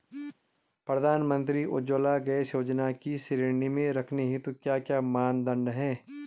प्रधानमंत्री उज्जवला गैस योजना की श्रेणी में रखने हेतु क्या क्या मानदंड है?